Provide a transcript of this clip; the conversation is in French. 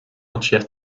entière